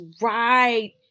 right